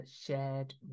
shared